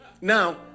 Now